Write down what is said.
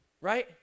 right